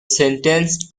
sentenced